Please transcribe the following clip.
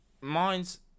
mine's